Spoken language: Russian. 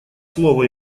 слово